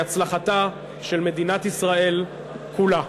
והיא הצלחתה של מדינת ישראל כולה.